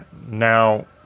now